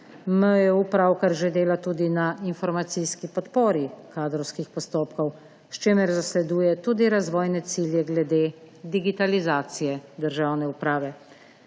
MJU pravkar že dela tudi na informacijski podpori kadrovskih postopkov, s čimer zasleduje tudi razvojne cilje glede digitalizacije državne uprave.